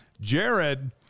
Jared